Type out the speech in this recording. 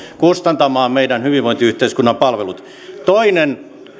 kustantamaan meidän hyvinvointiyhteiskunnan palvelut toinen